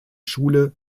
schule